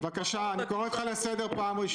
אני קורא לך לסדר פעם ראשונה.